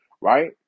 right